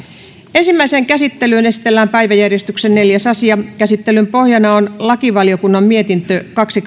ensimmäiseen käsittelyyn esitellään päiväjärjestyksen neljäs asia käsittelyn pohjana on lakivaliokunnan mietintö kaksi